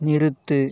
நிறுத்து